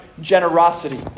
generosity